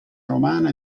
romana